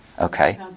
Okay